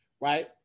Right